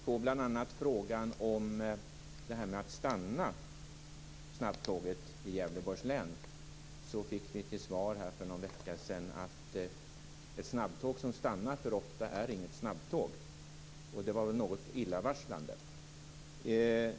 På t.ex. frågan om detta med att snabbtåget skall stanna i Gävleborgs län fick vi för någon vecka sedan svaret: Ett snabbtåg som stannar för ofta är inget snabbtåg. Detta är väl något illavarslande.